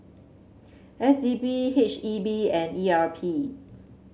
S D P H E B and E R P